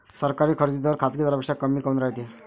सरकारी खरेदी दर खाजगी दरापेक्षा कमी काऊन रायते?